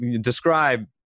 describe